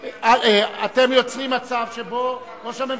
אתם יוצרים מצב שבו ראש הממשלה,